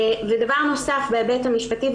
דבר נוסף בהיבט המשפטי.